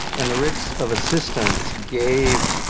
and the writs of assistance gave